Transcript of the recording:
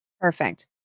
Perfect